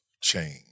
change